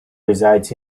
resides